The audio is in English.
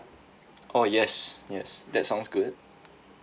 oh yes yes that sounds good